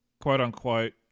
quote-unquote